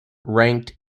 ranked